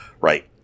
right